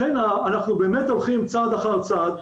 לכן אנחנו באמת הולכים צעד אחר צעד.